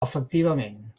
efectivament